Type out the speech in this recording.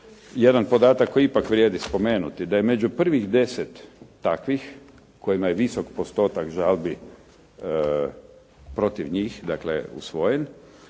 jedan podatak koji ipak vrijedi spomenuti, da je među prvih deset takvih kojima je visok postotak žalbi protiv njih, dakle usvojen,